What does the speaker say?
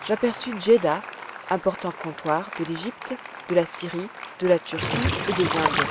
j'aperçus djeddah important comptoir de l'égypte de la syrie de la turquie et des indes